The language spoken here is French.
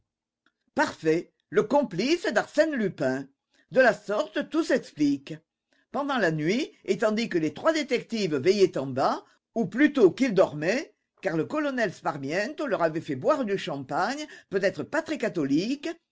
parfait le complice d'arsène lupin de la sorte tout s'explique pendant la nuit et tandis que les trois détectives veillaient en bas ou plutôt qu'ils dormaient car le colonel sparmiento leur avait fait boire du champagne peut-être pas très catholique